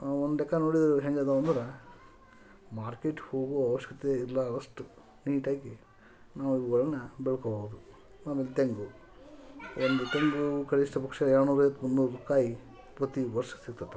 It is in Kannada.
ಒಂದು ಬೇಕಾದ್ರ್ ನೋಡಿದ್ರೆ ಅದು ಹೆಂಗದಾವೆ ಅಂದ್ರೆ ಮಾರ್ಕೆಟಿಗೆ ಹೋಗೋ ಅವಶ್ಯಕತೆ ಇಲ್ಲ ಅಷ್ಟು ನೀಟಾಗಿ ನಾವು ಅವುಗಳನ್ನ ಬೆಳ್ಕೊಬೋದು ಆಮೇಲೆ ತೆಂಗು ಒಂದು ತೆಂಗು ಕನಿಷ್ಟ ಪಕ್ಷ ಎರಡುನೂರಾ ಐವತ್ತು ಮುನ್ನೂರು ಕಾಯಿ ಪ್ರತಿ ವರ್ಷ ಸಿಕ್ತೈತ್ ನಮ್ಗೆ